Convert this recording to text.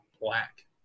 black